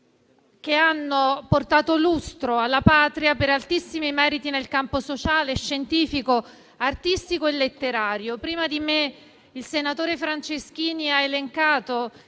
che hanno illustrato la Patria per altissimi meriti nel campo sociale, scientifico, artistico e letterario. Prima di me, il senatore Franceschini ha elencato